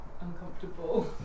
uncomfortable